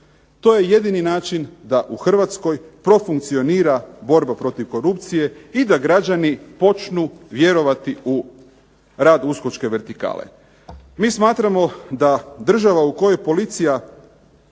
To je jedini način da u Hrvatskoj profunkcionira borba protiv korupcije i da građani počnu vjerovati u radu USKOK-čke vertikale. Mi smatramo da država u kojoj policija